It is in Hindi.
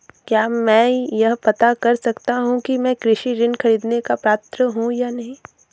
क्या मैं यह पता कर सकता हूँ कि मैं कृषि ऋण ख़रीदने का पात्र हूँ या नहीं?